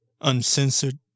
uncensored